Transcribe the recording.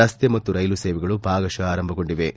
ರಸ್ತೆ ಮತ್ತು ರೈಲು ಸೇವೆಗಳು ಭಾಗಶ ಆರಂಭಗೊಂಡಿವೆ